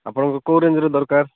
ଆପଣଙ୍କୁ କେଉଁ ରେଞ୍ଜର ଦରକାର